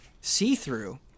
see-through